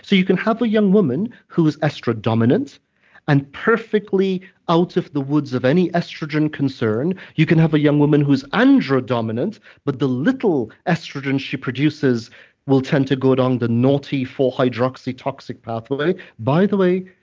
so you can have a young woman who's estro-dominant and perfectly out of the woods of any estrogen concern you can have a young woman who's andro-dominant but the little estrogen she produces will tend to go down the naughty four-hydroxy toxic pathway. by the way,